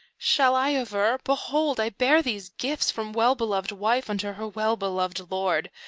shall i aver, behold, i bear these gifts from well-beloved wife unto her well-beloved lord,